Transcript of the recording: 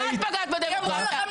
להיגרע.